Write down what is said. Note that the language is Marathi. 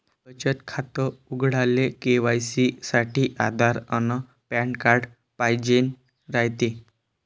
बचत खातं उघडाले के.वाय.सी साठी आधार अन पॅन कार्ड पाइजेन रायते